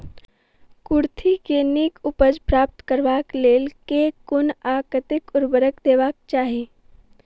कुर्थी केँ नीक उपज प्राप्त करबाक लेल केँ कुन आ कतेक उर्वरक देबाक चाहि?